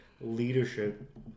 leadership